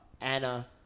Anna